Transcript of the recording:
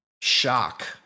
shock